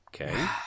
Okay